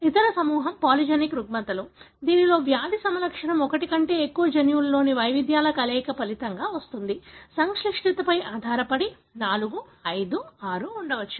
ఇతర సమూహం పాలిజెనిక్ రుగ్మతలు దీనిలో వ్యాధి సమలక్షణం ఒకటి కంటే ఎక్కువ జన్యువులలోని వైవిధ్యాల కలయిక ఫలితంగా వస్తుంది సంక్లిష్టతపై ఆధారపడి 4 5 6 ఉండవచ్చు